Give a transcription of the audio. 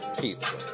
Pizza